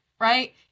right